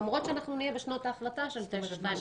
למרות שאנחנו נהיה בשנות ההחלטה של 923. זאת אומרת,